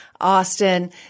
Austin